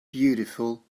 beautiful